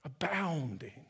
abounding